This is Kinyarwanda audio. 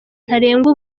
ntarengwa